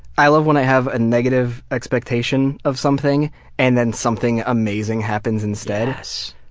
i love when i have a negative expectation of something and then something amazing happens instead. yes.